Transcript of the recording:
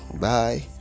Bye